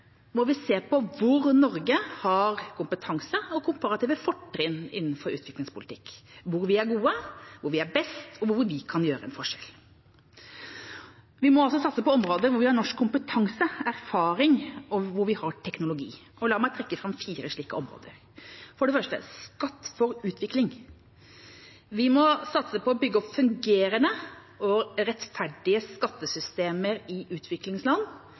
må vi se på hvor Norge har kompetanse og komparative fortrinn innenfor utviklingspolitikk, hvor vi er gode, hvor vi er best, og hvor vi kan gjøre en forskjell. Vi må altså satse på områder hvor vi har norsk kompetanse, erfaring og teknologi. La meg trekke fram fire slike områder – for det første: skatt for utvikling. Vi må satse på å bygge opp fungerende og rettferdige skattesystemer i utviklingsland,